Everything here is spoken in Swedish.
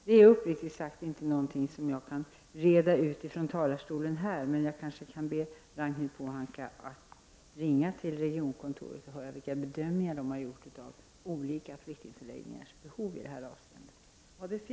Det är uppriktigt sagt inte något som jag kan reda ut från talarstolen i dag, men jag kanske kan be Ragnhild Pohanka att ringa regionkontoret och fråga vilka bedömningar man har gjort av olika flyktingförläggningars behov i det här avseendet.